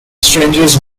strangers